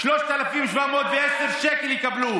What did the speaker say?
הם יקבלו 3,710 שקל.